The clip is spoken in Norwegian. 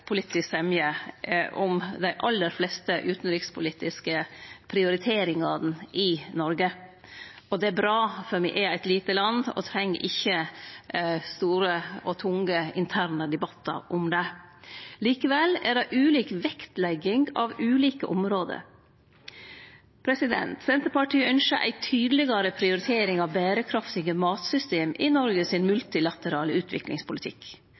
politisk semje om dei aller fleste utanrikspolitiske prioriteringane i Noreg. Det er bra, for me er eit lite land og treng ikkje store og tunge interne debattar om det. Likevel er det ulik vektlegging av ulike område. Senterpartiet ynskjer ei tydelegare prioritering av berekraftige matsystem i Noreg sin multilaterale utviklingspolitikk.